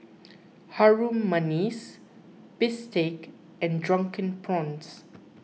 Harum Manis Bistake and Drunken Prawns